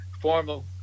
formal